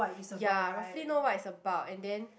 ya roughly know what it's about and then